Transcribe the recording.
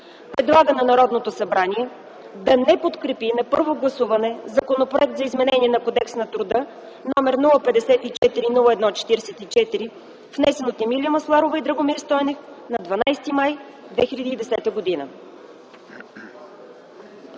Предлага на Народното събрание да не подкрепи на първо гласуване Законопроект за изменение на Кодекса на труда, № 054 01-44, внесен от Емилия Масларова и Драгомир Стойнев на 12 май 2010 г.”